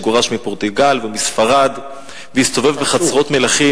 שגורש מפורטוגל ומספרד והסתובב בחצרות מלכים,